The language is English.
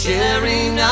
Sharing